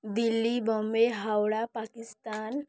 Delhi Bombay Howrah Pakistan